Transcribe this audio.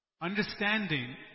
understanding